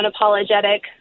unapologetic